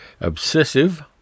obsessive